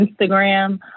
Instagram